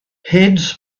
heads